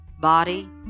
Body